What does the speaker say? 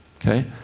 okay